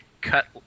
cut